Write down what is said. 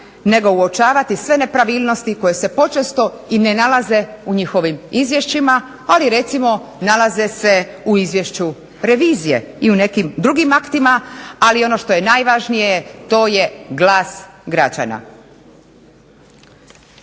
nego uočavati sve nepravilnosti koje se počesto i ne nalaze u njihovim izvješćima, ali recimo nalaze se u izvješću revizije i u nekim drugim aktima. Ali ono što je najvažnije to je glas građana.